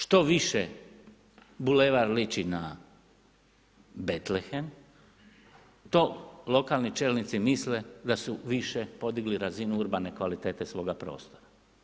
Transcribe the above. Štoviše, bulevar liči na Betlehem, to lokalni čelnici misle da su više podigli razinu urbane kvalitete svoga prostora.